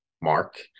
mark